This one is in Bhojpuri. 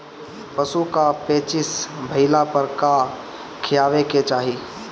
पशु क पेचिश भईला पर का खियावे के चाहीं?